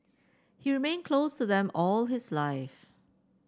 he remained close to them all his life